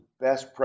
best